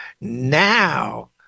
Now